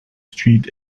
street